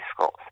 schools